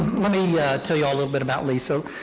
let me tell y'all a little bit about lisa.